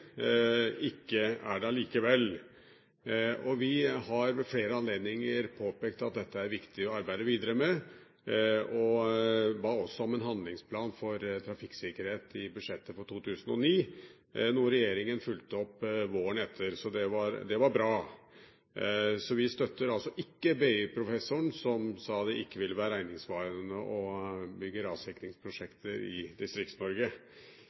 ikke er det allikevel. Vi har ved flere anledninger påpekt at dette er det viktig å arbeide videre med, og vi ba også om en handlingsplan for trafikksikkerhet i budsjettet for 2009, noe regjeringen fulgte opp våren etter. Det var bra. Så vi støtter altså ikke BI-professoren som sa det ikke ville være regningssvarende å bygge rassikringsprosjekter i